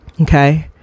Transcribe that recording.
Okay